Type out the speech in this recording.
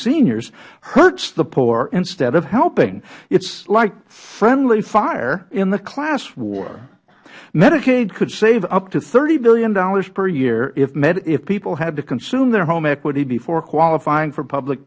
seniors hurts the poor instead of helping it is like friendly fire in the class war medicaid could save up to thirty dollars billion per year if people had to consume their home equity before qualifying for public